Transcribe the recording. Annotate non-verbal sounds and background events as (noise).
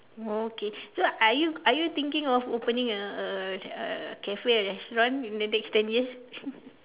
oh okay so are you are you thinking of opening a a a cafe or restaurant in the next ten years (laughs)